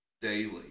daily